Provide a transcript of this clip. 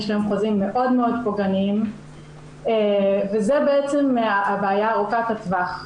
יש להן חוזים מאוד מאוד פוגעניים וזו בעצם הבעיה ארוכת הטווח.